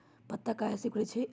पत्ता काहे सिकुड़े छई?